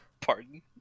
Pardon